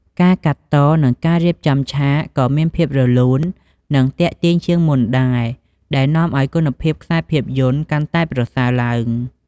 ការកាត់ត និងការរៀបចំឆាក ក៏មានភាព រលូន និងទាក់ទាញជាងមុន ដែរ ដែលនាំឲ្យគុណភាពខ្សែភាពយន្តកាន់តែប្រសើរឡើង។